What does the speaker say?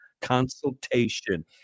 consultation